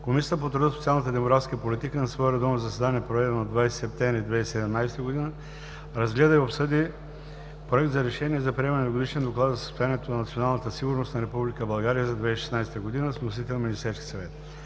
Комисията по труда, социалната и демографската политика на свое редовно заседание, проведено на 20 септември 2017 г., разгледа и обсъди Проект за решение за приемане на Годишен доклад за състоянието на националната сигурност на Република България за 2016 г., с вносител Министерският съвет.